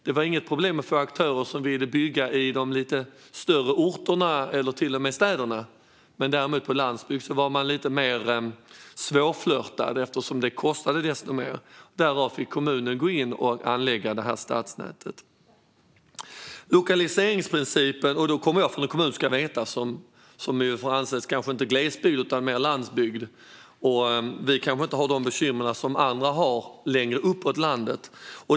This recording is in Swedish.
Det var inget problem att få aktörer som ville bygga i de lite större orterna eller städerna, men de var lite mer svårflörtade när det gällde landsbygden eftersom det där kostar desto mer. Därför fick kommunen gå in och anlägga detta stadsnät. Då ska man också veta att jag kommer från en kommun som nog får anses vara inte glesbygd utan snarare landsbygd. Vi kanske inte har de bekymmer som andra har längre uppåt landet.